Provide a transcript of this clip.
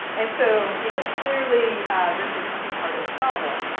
and so you know clearly this is this is part of the problem.